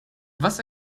was